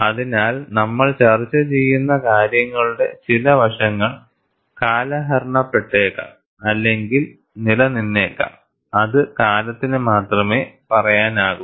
അതിനാൽ നമ്മൾ ചർച്ച ചെയ്യുന്ന കാര്യങ്ങളുടെ ചില വശങ്ങൾ കാലഹരണപ്പെട്ടേക്കാം അല്ലെങ്കിൽ നിലനിന്നേക്കാം അത് കാലത്തിന് മാത്രമേ പറയാനാകൂ